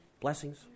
blessings